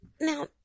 Now